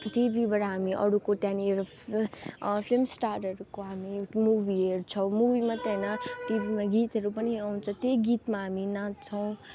टिभीबाट हामीले अरूको त्यहाँनिर फिल्म स्टारहरूको हामी मुवी हेर्छौँ मुवी मात्रै होइन टिभीमा गीतहरू पनि आउँछ त्यही गीतमा हामी नाच्छौँ